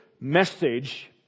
message